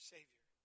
Savior